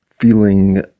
feeling